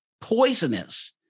poisonous